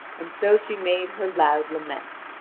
and so she made her loud lament.